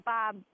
Bob